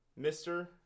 Mr